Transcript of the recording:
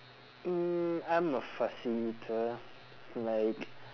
mm I'm a fussy eater like